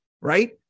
right